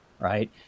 right